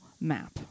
map